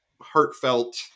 heartfelt